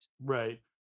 Right